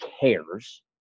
cares